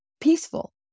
peaceful